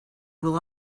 will